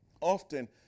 Often